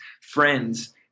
friends